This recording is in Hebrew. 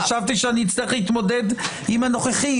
חשבתי שאני אצטרך להתמודד עם הנוכחים.